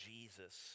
Jesus